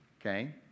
okay